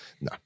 No